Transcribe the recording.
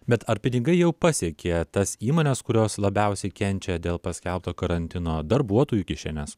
bet ar pinigai jau pasiekė tas įmones kurios labiausiai kenčia dėl paskelbto karantino darbuotojų kišenes